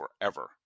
forever